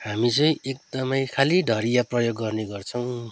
हामी चाहिँ एकदमै खालि ढडिया प्रयोग गर्ने गर्छौँ